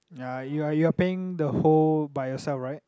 ya you are you are paying the whole by yourself [right]